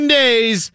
days